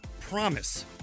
promise